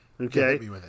Okay